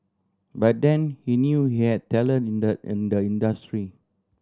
by then he knew he had talent in the in the industry